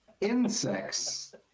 Insects